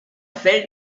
fell